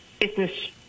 business